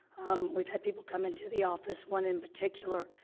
um, we've had people come into the office, one in particular,